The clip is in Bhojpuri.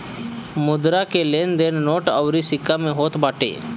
मुद्रा के लेन देन नोट अउरी सिक्का में होत बाटे